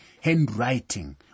handwriting